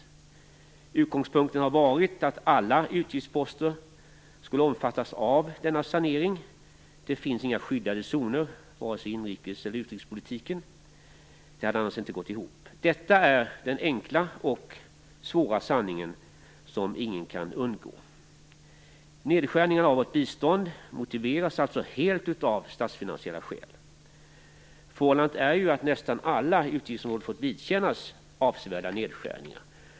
Utgångspunkten har varit att alla utgiftsposter skall omfattas av denna sanering. Det finns inga skyddade zoner, vare sig i inrikes eller utrikespolitiken. Annars hade det inte gått ihop. Detta är den enkla och svåra sanningen som ingen kan undgå. Nedskärningarna av vårt bistånd görs alltså helt av statsfinansiella skäl. Nästan alla utgiftsområden har ju fått vidkännas avsevärda nedskärningar.